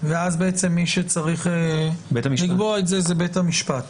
אז מי שצריך לקבוע את זה, זה בית המשפט.